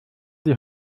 die